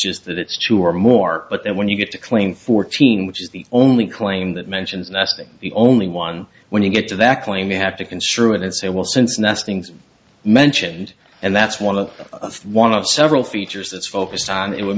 just that it's two or more but that when you get to claim fourteen which is the only claim that mentions nothing the only one when you get to that claim you have to construe it and say well since nestlings mentioned and that's one of one of several features that's focused on it would